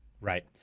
right